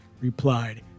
replied